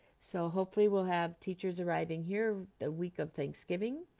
so hopefully we'll have teachers arriving here the week of thanksgiving,